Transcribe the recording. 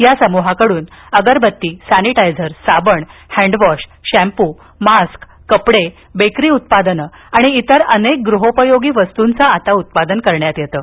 या समूहाकडून अगरबत्ती सॅनिटायझर साबण हँडवॉश शॅम्प्र मास्क कपडे बेकरी उत्पादनं आणि इतर अनेक गृहोपयोगी वस्तूंचं आता उत्पादन करण्यात येतं